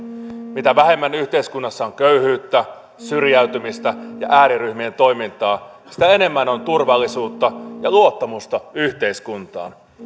mitä vähemmän yhteiskunnassa on köyhyyttä syrjäytymistä ja ääriryhmien toimintaa sitä enemmän on turvallisuutta ja luottamusta yhteiskuntaan